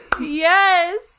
yes